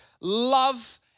love